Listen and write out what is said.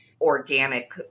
organic